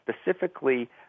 specifically